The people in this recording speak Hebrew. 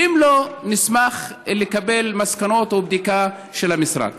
ואם לא, נשמח לקבל מסקנות או בדיקה של המשרד.